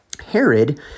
Herod